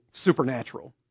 supernatural